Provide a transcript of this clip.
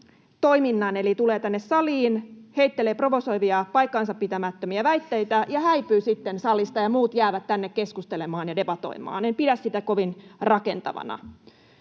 eli tulee tänne saliin, heittelee provosoivia paikkansapitämättömiä väitteitä ja häipyy sitten salista, ja muut jäävät tänne keskustelemaan ja debatoimaan. En pidä sitä kovin rakentavana.